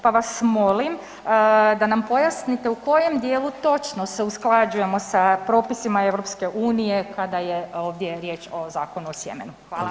Pa vas molim da nam pojasnite u kojem dijelu točno se usklađujemo sa propisima EU kada je ovdje riječ o Zakonu o sjemenu?